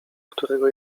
którego